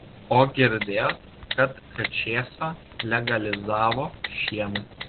o girdėjot kad kačėsą legalizavo šiemet